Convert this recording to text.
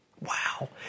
Wow